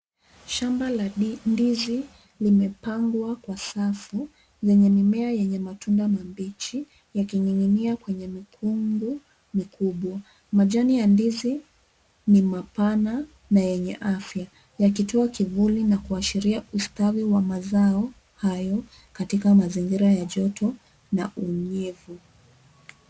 Shamba la ndizi limepangwa kwa safu zenye mimea yenye matunda mabichi yakining'inia kwenye mikungu mikubwa. Majani ya ndizi ni mapana na yenye afya yakitoa kivuli na kuashiria ustawi wa mazao hayo katika mazingira ya joto na unyevu.